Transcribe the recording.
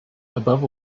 above